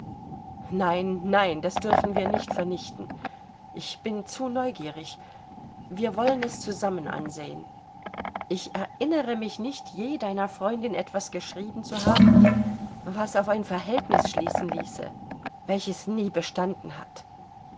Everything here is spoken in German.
nein nein das dürfen wir nicht vernichten ich bin zu neugierig wie wollen es zusammen ansehen ich erinnere mich nicht je deiner freundin etwas geschrieben zu haben was auf ein verhältnis schließen ließe welches nie bestanden hat